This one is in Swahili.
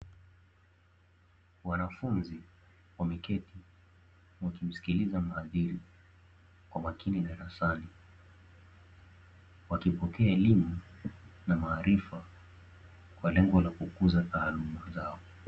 Wanafunzi wameketi wakimsikiliza mhadhiri kwa makini darasani, wakipokea elimu na maarifa kwa lengo la kukuza taaluma zao.